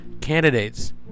candidates